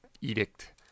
edict